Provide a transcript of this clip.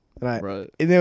Right